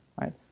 right